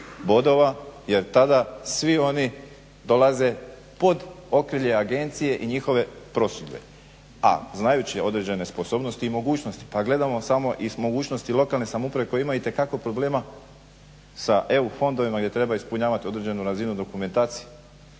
jer tada svi oni dolaze pod okrilje agencije i njihove prosudbe, a znajući određene sposobnosti i mogućnosti. Pa gledamo samo i s mogućnosti lokalne samouprave koja ima itekako problema sa EU fondovima gdje treba ispunjavati određenu razinu dokumentacije.